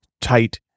tight